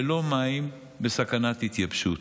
ללא מים, בסכנת התייבשות.